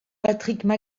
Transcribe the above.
patrick